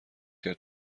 کرد